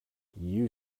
you